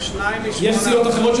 יש סיעות אחרות,